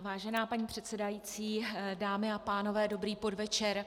Vážená paní předsedající, dámy a pánové, dobrý podvečer.